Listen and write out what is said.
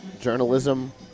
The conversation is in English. journalism